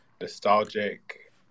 nostalgic